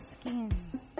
skin